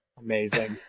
Amazing